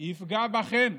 יפגע בכם.